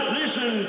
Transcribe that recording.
listen